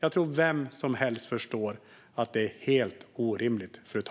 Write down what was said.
Jag tror att vem som helst förstår att detta är helt orimligt.